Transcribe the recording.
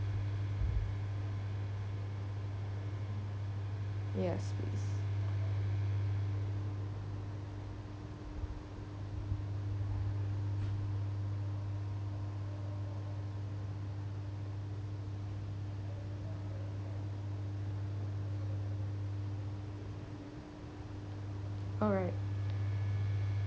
yes please alright